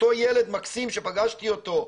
אותו ילד מקסים שפגשתי אותו,